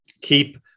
keep